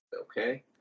Okay